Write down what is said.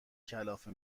کلافه